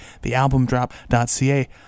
thealbumdrop.ca